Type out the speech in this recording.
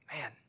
Man